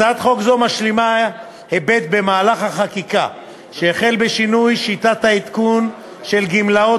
הצעת חוק זו משלימה היבט במהלך החקיקה שהחל בשינוי שיטת העדכון של גמלאות